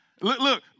look